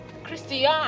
Christian